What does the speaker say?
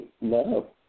No